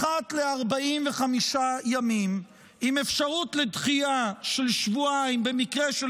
אחת ל-45 ימים עם אפשרות לדחייה של שבועיים במקרה של